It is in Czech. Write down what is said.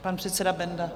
Pan předseda Benda.